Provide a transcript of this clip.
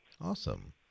Awesome